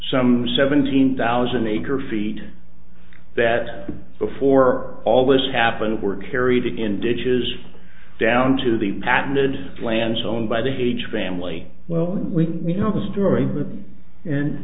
some seventeen thousand acre feet that before all this happened were carried in ditches down to the patented lands owned by the age family well you know the story and